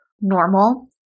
normal